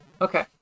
Okay